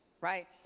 right